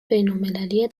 بینالمللی